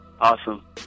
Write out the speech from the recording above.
Awesome